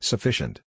Sufficient